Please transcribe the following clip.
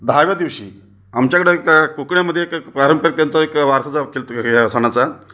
दहाव्या दिवशी आमच्याकडं एक कोकणामध्ये एक पारंपरिक त्यांचा एक वारसाचं केलतं ह्या सणाचा